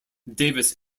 davis